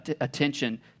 attention